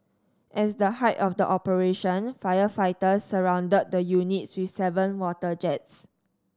at the height of the operation firefighters surrounded the units with seven water jets